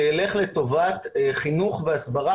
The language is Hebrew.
שילך לטובת חינוך והסברה,